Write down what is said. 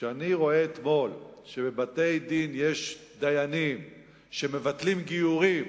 כשאני רואה אתמול שבבתי-דין יש דיינים שמבטלים גיורים,